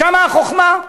שם החוכמה.